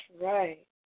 right